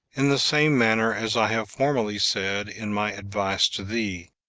in the same manner as i have formerly said in my advice to thee,